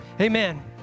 amen